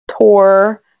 tour